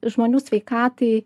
žmonių sveikatai